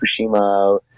Fukushima